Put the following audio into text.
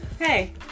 Hey